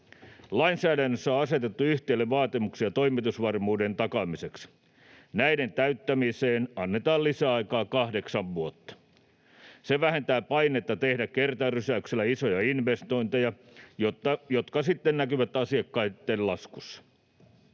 Lainsäädännössä on asetettu yhtiöille vaatimuksia toimitusvarmuuden takaamiseksi. Näiden täyttämiseen annetaan lisäaikaa kahdeksan vuotta. Se vähentää painetta tehdä kertarysäyksellä isoja investointeja, jotka sitten näkyvät asiakkaitten laskussa.